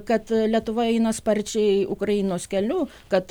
kad lietuva eina sparčiai ukrainos keliu kad